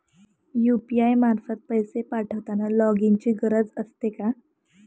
UPI मार्फत पैसे पाठवताना लॉगइनची गरज असते का?